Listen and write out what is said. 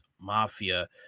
mafia